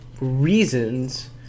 reasons